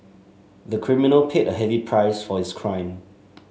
the criminal paid a heavy price for his crime